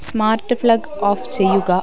smart plug off ചെയ്യുക